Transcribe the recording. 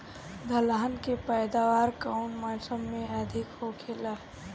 दलहन के पैदावार कउन मौसम में अधिक होखेला?